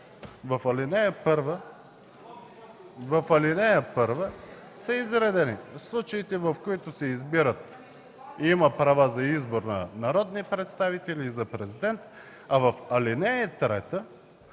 в ал. 1 са изредени случаите, в които има права за избор на народни представители и за президент, а в ал. 3